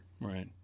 Right